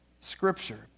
Scripture